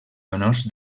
honors